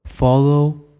Follow